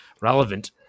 Relevant